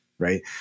Right